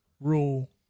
rule